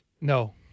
No